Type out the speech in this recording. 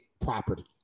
property